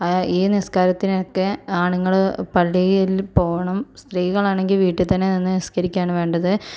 ഈ നിസ്കാരത്തിന് ഒക്കെ ആണുങ്ങള് പള്ളിയില് പോകണം സ്ത്രീകൾ ആണെങ്കിൽ വീട്ടിൽ തന്നെ നിന്ന് നിസ്കരിക്കയാണ് വേണ്ടത്